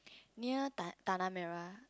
near tan~ Tanah-Merah